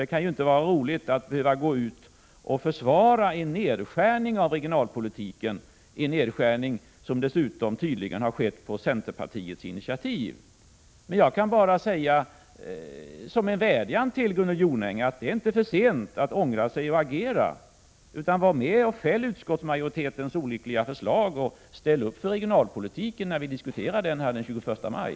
Det kan inte vara roligt att behöva försvara en nedskärning av regionalpolitiken, en nedskärning som dessutom tydligen har skett på centerpartiets initiativ. Jag kan bara säga som en vädjan till Gunnel Jonäng: Det är inte för sent att ångra sig och agera. Var med och fäll utskottsmajoritetens olyckliga beslut och ställ upp för regionalpolitiken när vi diskuterar den den 21 maj!